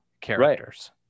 characters